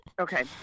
Okay